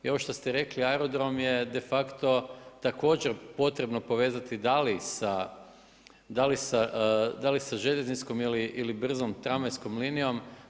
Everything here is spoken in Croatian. I ovo što ste rekli aerodrom je de facto također potrebno povezati da li sa željezničkom ili brzom tramvajskom linijom.